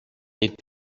est